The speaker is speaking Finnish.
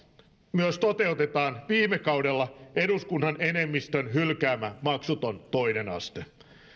myös toteutetaan viime kaudella eduskunnan enemmistön hylkäämä maksuton toinen aste